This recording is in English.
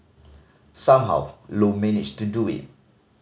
somehow Low managed to do it